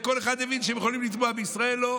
כל אחד הבין שהם יכולים לתבוע, ובישראל לא.